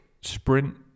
sprint